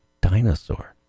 dinosaur